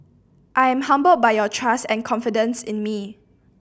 I am humbled by your trust and confidence in me